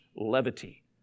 levity